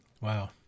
Wow